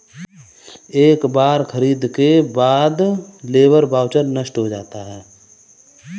एक बार खरीद के बाद लेबर वाउचर नष्ट हो जाता है